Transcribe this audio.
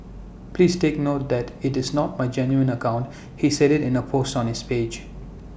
please take note that IT is not my genuine account he said IT in A post on his page